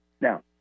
Now